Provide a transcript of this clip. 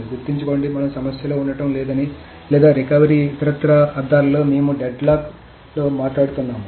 గుర్తుంచుకోండి మనం సమస్యలో మాట్లాడటం లేదని రికవరీ లేదా ఇతరత్రా అర్థాలలో మేము డెడ్లాక్ లో మాట్లాడుతున్నాము